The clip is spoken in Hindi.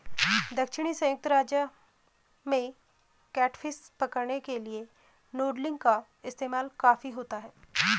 दक्षिणी संयुक्त राज्य में कैटफिश पकड़ने के लिए नूडलिंग का इस्तेमाल काफी होता है